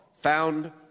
found